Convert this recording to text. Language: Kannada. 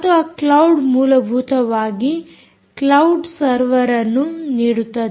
ಮತ್ತು ಈ ಕ್ಲೌಡ್ ಮೂಲಭೂತವಾಗಿ ಕ್ಲೌಡ್ ಸರ್ವರ್ ಅನ್ನು ನೀಡುತ್ತದೆ